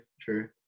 true